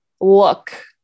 look